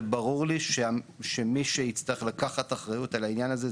וברור לי שמי שיצטרך לקחת אחריות על העניין הזה,